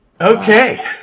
Okay